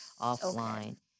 offline